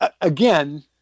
Again